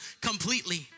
completely